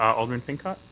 alderman pincott?